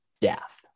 death